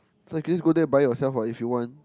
so I can just got there buy yourself what if you want